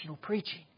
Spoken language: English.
preaching